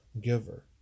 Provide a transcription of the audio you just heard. giver